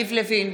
יריב לוין,